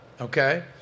Okay